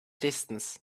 distance